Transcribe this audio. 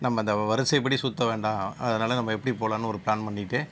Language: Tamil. நம்ம அந்த வரிசைப்படி சுற்ற வேண்டாம் அதனால் நம்ம எப்படி போகலான்னு ஒரு ப்ளான் பண்ணிவிட்டு